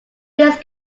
this